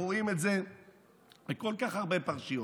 אנחנו רואים את זה בכל כך הרבה פרשיות,